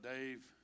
Dave